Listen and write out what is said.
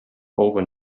over